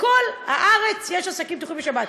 בכל הארץ יש עסקים פתוחים בשבת.